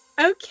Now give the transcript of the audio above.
Okay